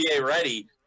ready